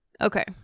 Okay